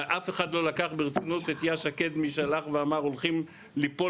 אף אחד לא לקח ברצינות את יאשה קדמי שאמר שהולכים ליפול